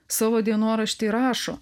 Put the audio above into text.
savo dienorašty rašo